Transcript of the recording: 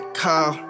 call